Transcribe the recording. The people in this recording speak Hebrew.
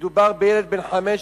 מדובר בילד בן 15,